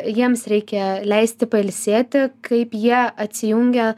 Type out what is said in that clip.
jiems reikia leisti pailsėti kaip jie atsijungia